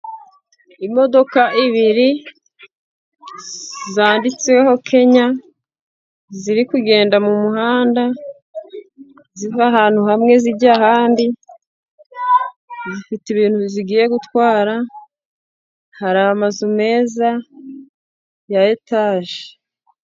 Imodoka ebyiri zanditseho kenya, ziri kugenda mu muhanda, ziva ahantu hamwe zijya ahandi, zifite ibintu zigiye gutwara, hari amazu meza ya etage.